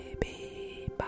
Baby